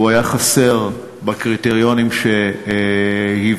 הוא היה חסר בקריטריונים שהבאת.